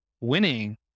winning